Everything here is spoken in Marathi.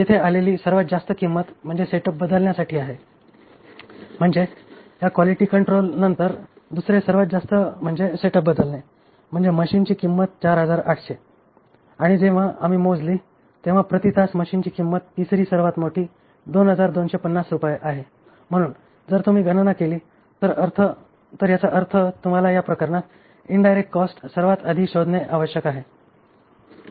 येथे आलेली सर्वात जास्त किंमत म्हणजे सेटअप बदलण्यासाठी आहे म्हणजे या क्वालिटी कंट्रोल नंतर दुसरे सर्वात जास्त म्हणजे सेटअप बदलणे म्हणजे मशीनची किंमत 4800 आणि जेव्हा आम्ही मोजली तेव्हा प्रति तास मशीनची किंमत तिसरी सर्वात मोठी 2250रुपये आहे म्हणून जर तुम्ही गणना केली तर याचा अर्थ तुम्हाला या प्रकरणात इंडिरेक्ट कॉस्ट सर्वात आधीशोधणे आवश्यक आहे